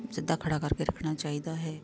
ਸਿੱਧਾ ਖੜ੍ਹਾ ਕਰਕੇ ਰੱਖਣਾ ਚਾਹੀਦਾ ਹੈ